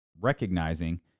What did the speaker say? recognizing